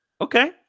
Okay